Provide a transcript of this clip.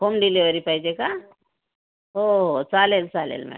home delivery पाहिजे का हो चालेल चालेल मॅम